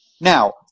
Now